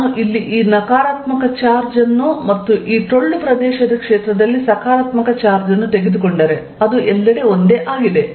ನಾನು ಇಲ್ಲಿ ಈ ನಕಾರಾತ್ಮಕ ಚಾರ್ಜ್ ಅನ್ನು ಮತ್ತು ಈ ಟೊಳ್ಳು ಪ್ರದೇಶದ ಕ್ಷೇತ್ರದಲ್ಲಿ ಸಕಾರಾತ್ಮಕ ಚಾರ್ಜ್ ಅನ್ನು ತೆಗೆದುಕೊಂಡರೆ ಅದು ಎಲ್ಲೆಡೆ ಒಂದೇ ಆಗಿದೆ